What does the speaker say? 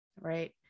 Right